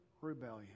rebellion